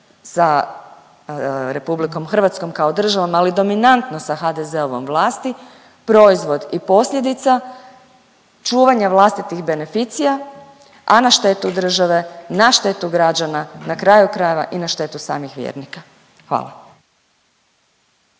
sa Republikom Hrvatskom kao državom, ali dominantno sa HDZ-ovom vlasti proizvod i posljedica čuvanja vlastitih beneficija, a na štetu države, na štetu građana, na kraju krajeva i na štetu samih vjernika. Hvala.